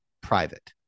private